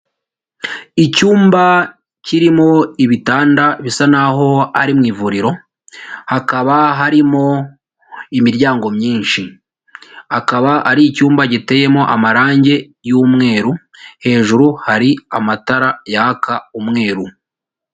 Icyumba kirimo ibitanda bisa naho ari mu ivuriro, hakaba harimo imiryango myinshi, akaba ari icyumba giteyemo amarange y'umweru, hejuru hari amatara yaka umweru.